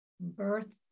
birth